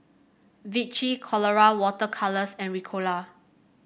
Vichy Colora Water Colours and Ricola